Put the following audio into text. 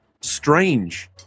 strange